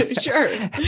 Sure